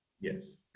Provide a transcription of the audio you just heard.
yes